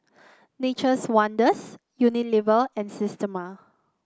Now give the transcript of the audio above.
Nature's Wonders Unilever and Systema